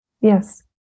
Yes